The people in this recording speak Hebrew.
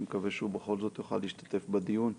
אני מקווה שהוא בכל זאת יוכל להשתתף בדיון.